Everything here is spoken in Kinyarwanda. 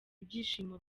ibyishimo